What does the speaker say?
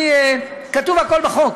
הכול כתוב בחוק.